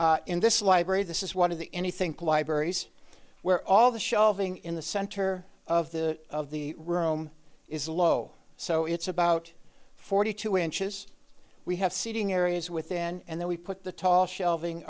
spaces in this library this is one of the any think libraries where all the shelving in the center of the of the room is low so it's about forty two inches we have seating areas within and then we put the tall shelving